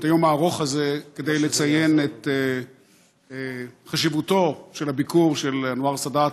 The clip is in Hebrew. את היום הארוך הזה כדי לציין את חשיבות הביקור של אנואר סאדאת